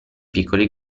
piccoli